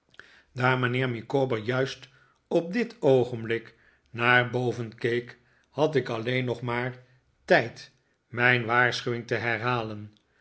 daar mijnheer micawber juist op dit oogenblik naar boven keek had ik alleen nog maar tijd mijn waarschuwing te herhalen